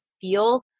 feel